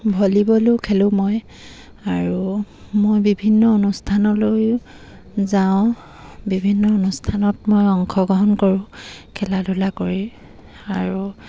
ভলীবলো খেলোঁ মই আৰু মই বিভিন্ন অনুষ্ঠানলৈয়ো যাওঁ বিভিন্ন অনুষ্ঠানত মই অংশগ্ৰহণ কৰোঁ খেলা ধূলা কৰি আৰু